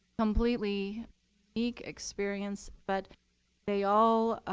completely unique experience, but they all